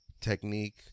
technique